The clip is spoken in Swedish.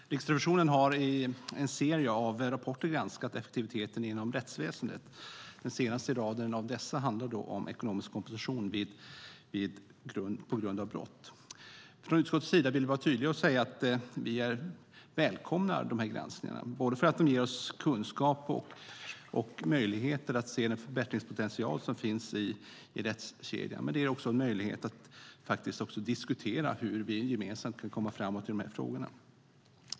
Herr talman! Riksrevisionen har i en serie rapporter granskat effektiviteten inom rättsväsendet. Den senaste i raden av dessa handlar om ekonomisk kompensation på grund av brott. Vi i utskottet vill vara tydliga och säga att vi välkomnar de här granskningarna, både för att de ger oss kunskap och möjligheter att se den förbättringspotential som finns i rättskedjan och för att de ger en möjligt att diskutera hur vi gemensamt kan komma framåt i de här frågorna.